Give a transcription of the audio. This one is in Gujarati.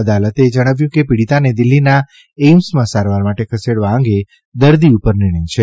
અદાલતે જણાવ્યું કે પીડીતાને દિલ્હીના એઇમ્સમાં સારવાર માટે ખસેડવા અંગે દર્દી ઉપર નિર્ણથ છે